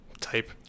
type